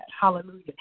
hallelujah